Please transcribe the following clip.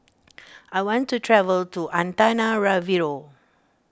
I want to travel to Antananarivo